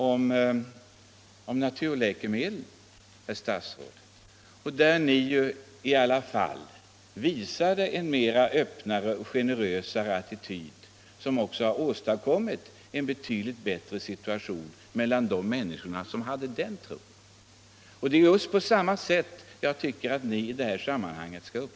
På den punkten visade socialministern i alla fall en mera öppen och generös attityd, vilket har åstadkommit en betydligt bättre situation för de människor som önskar använda sådana mediciner. Jag tycker att ni bör uppträda på precis samma sätt i det här sammanhanget.